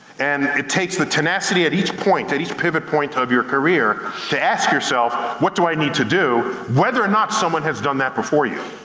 and it takes the tenacity at each point, at each pivot point of your career, to ask yourself, what do i need to do? whether or not someone has done that before you.